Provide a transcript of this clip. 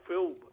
film